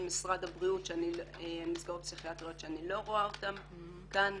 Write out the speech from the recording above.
של משרד הבריאות שאני לא רואה אותן כאן.